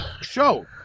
show